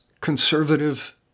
conservative